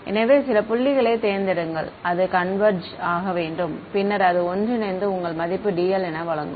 எனவே சில புள்ளிகளைத் தேர்ந்தெடுங்கள் அது கன்வெர்ஜ் ஆக வேண்டும் பின்னர் அது ஒன்றிணைந்து உங்கள் மதிப்பு dl என வழங்கும்